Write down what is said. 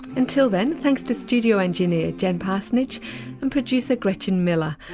until then, thanks to studio engineer jen parsonage and producer gretchen miller.